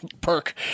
perk